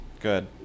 Good